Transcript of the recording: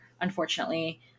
unfortunately